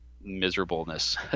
miserableness